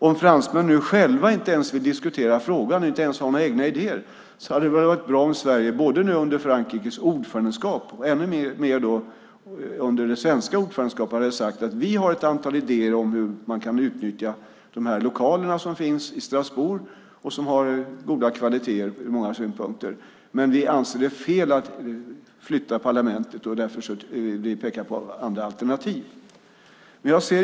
Om fransmännen själva inte ens vill diskutera frågan och inte har några egna idéer hade det väl varit bra om Sverige, både nu under Frankrikes ordförandeskap och ännu mer under det svenska ordförandeskapet, hade sagt att vi har ett antal idéer om hur man kan utnyttja de lokaler som finns i Strasbourg som har goda kvaliteter ur många synvinklar, för vi anser att det är fel att flytta parlamentet, och därför vill vi peka på andra alternativ.